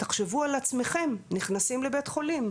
תחשבו על עצמכם נכנסים לבית חולים,